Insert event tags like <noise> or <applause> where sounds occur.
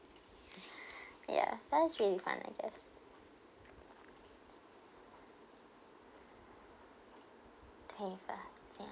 <breath> yeah that's really fun I guess yeah twenty four yeah